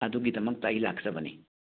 ꯑꯗꯨꯒꯤꯗꯃꯛꯇ ꯑꯩ ꯂꯥꯛꯆꯕꯅꯤ